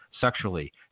sexually